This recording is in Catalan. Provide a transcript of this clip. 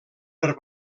per